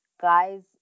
Guys